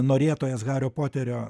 norėtojas hario poterio